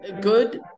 good